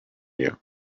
you